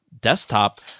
desktop